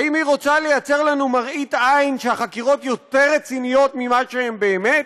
האם היא רוצה ליצור לנו מראית עין שהחקירות יותר רציניות ממה שהן באמת?